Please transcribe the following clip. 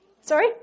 Sorry